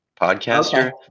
podcaster